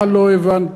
מה לא הבנתם?